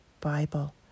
Bible